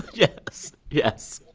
yes. yes.